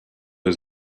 was